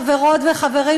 חברות חברים,